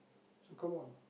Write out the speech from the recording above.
so come on